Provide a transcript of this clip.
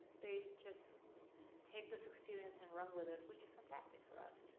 they just take this experience and run with it, which is fantastic for us.